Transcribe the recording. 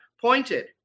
pointed